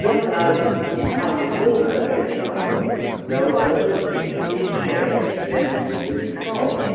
just as you find in all domesticated animals there are certain features that change in the skull.